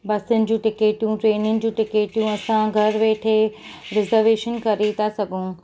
बसियुनि जी टिकेटूं ट्रेनियुनि जी टिकेटूं असां घर वेठे रिजर्वेशन करे था सघूं